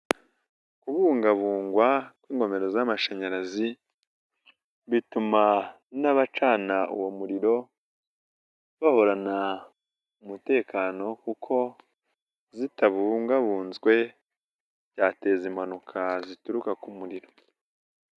Kubungabungwa kw'ingomero z'amashanyarazi bituma n'abacana uwo muriro bahorana umutekano kuko zitabungabunzwe byateza impanuka zituruka ku muriro.